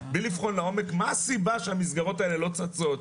בלי לבחון לעומק מה הסיבה שהמסגרות האלה לא צצות.